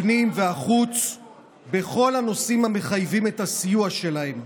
הפנים והחוץ בכל הנושאים המחייבים את הסיוע שלהם.